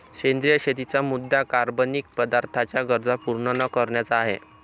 सेंद्रिय शेतीचा मुद्या कार्बनिक पदार्थांच्या गरजा पूर्ण न करण्याचा आहे